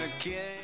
again